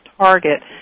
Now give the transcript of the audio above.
target